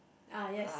ah yes